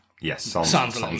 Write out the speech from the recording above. Yes